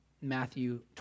Matthew